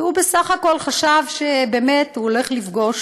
והוא בסך הכול חשב שבאמת הוא הולך לפגוש